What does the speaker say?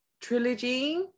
trilogy